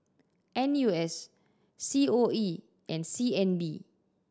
N U S C O E and C N B